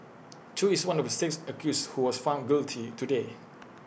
chew is one of the six accused who was found guilty today